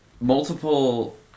multiple